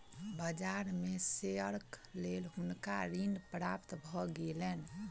बाजार में शेयरक लेल हुनका ऋण प्राप्त भ गेलैन